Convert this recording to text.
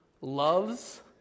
loves